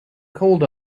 called